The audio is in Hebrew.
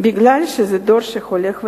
מפני שזה דור שהולך ונעלם.